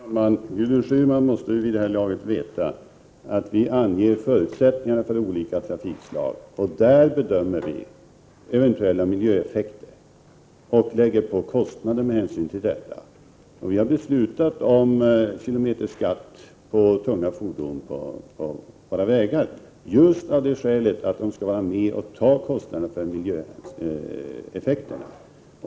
Herr talman! Gudrun Schyman måste vid det här laget veta att vi i regeringen anger förutsättningarna för olika trafikslag. Då bedömer vi eventuella miljöeffekter och lägger på kostnaderna för detta. Vi har beslutat om kilometerskatt på tunga fordon som kör på våra vägar just för att de skall vara med och bära kostnaderna för miljöeffekterna.